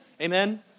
Amen